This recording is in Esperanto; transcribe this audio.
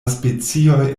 specioj